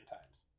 times